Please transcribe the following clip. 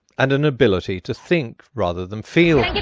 and an ability to think, rather than feel.